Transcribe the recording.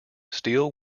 steele